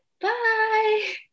Bye